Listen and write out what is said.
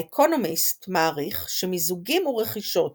האקונומיסט מעריך שמיזוגים ורכישות